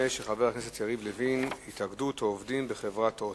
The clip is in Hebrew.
אתה בוודאי יודע שהרבה בני-נוער רוצים בעצמם,